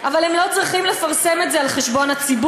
אבל הם לא צריכים לפרסם את זה על חשבון הציבור.